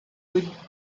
with